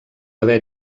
haver